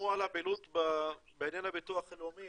לשמוע על הפעילות בעניין הביטוח הלאומי,